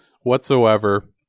whatsoever